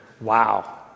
Wow